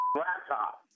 laptop